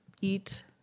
eat